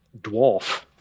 Dwarf